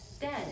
dead